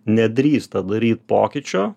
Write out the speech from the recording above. nedrįsta daryt pokyčio